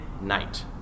night